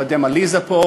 לא יודע אם עליזה פה.